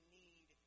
need